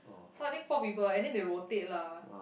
so I think four people and then they rotate lah